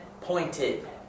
pointed